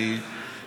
אני,